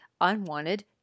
unwanted